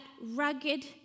rugged